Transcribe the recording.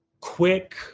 quick